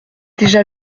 déjà